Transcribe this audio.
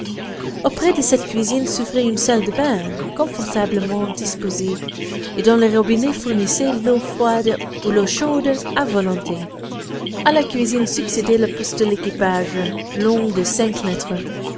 auprès de cette cuisine s'ouvrait une salle de bains confortablement disposée et dont les robinets fournissaient l'eau froide ou l'eau chaude à volonté a la cuisine succédait le poste de l'équipage long de cinq mètres